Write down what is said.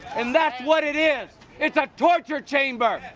and that's what it is. it's a torture chamber.